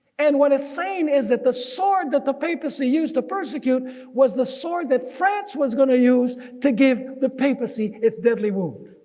and what it's saying is that the sword that the papacy used to persecute was the sword that france was going to use to give the papacy its deadly wound.